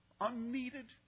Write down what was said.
unneeded